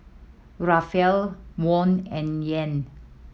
Rupiah Won and Yen